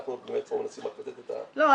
אנחנו בעצם מנסים לתת את -- לא,